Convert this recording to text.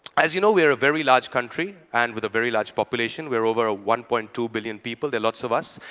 as you know, we're a very large country. and with a very large population, we are over one point two billion people. there are lots of us.